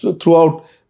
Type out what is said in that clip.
throughout